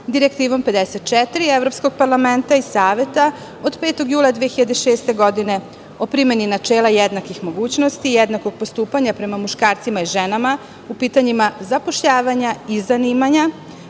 Direktivom 54 Evropskog parlamenta i Saveta od 5. jula 2006. godine o primeni načela jednakih mogućnosti i jednakog postupanja prema muškarcima i ženama u pitanjima zapošljavanja i zanimanja,